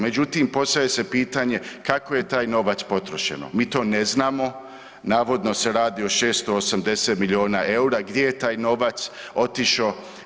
Međutim, postavlja se pitanje kako je taj novac potrošeno, mi to ne znamo, navodno se radi o 680 miliona EUR-a, gdje je taj novac otišao.